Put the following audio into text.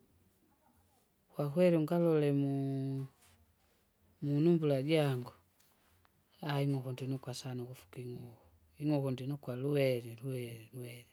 kwakweli ungalole muu- munumbula jangu ayi! nukundinuka sana ukufu king'uhu, ing'uku ndinukwa lwere lwere lwere,